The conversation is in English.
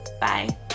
Bye